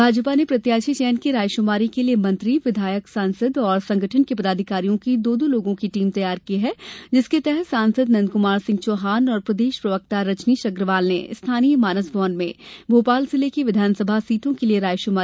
भाजपा ने प्रत्याशी चयन की रायशुमारी के लिए मंत्री विधायक सांसद और संगठन के पदाधिकारियों की दो दो लोगों की टीम तैयार की है जिसके तहत सांसद नंदकुमार सिंह चौहान और प्रदेश प्रवक्ता रजनीश अग्रवाल ने स्थानीय मानस भवन में भोपाल जिले की विधानसभा सीटों के लिए रायशुमारी की